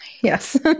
Yes